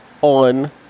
on